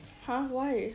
!huh! why